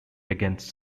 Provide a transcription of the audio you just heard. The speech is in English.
against